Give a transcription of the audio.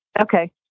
Okay